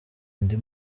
indi